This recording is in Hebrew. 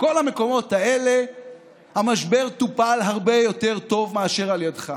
בכל המקומות האלה המשבר טופל הרבה יותר טוב מאשר על ידך.